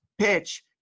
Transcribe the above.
PITCH